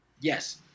Yes